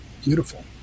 beautiful